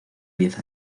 diez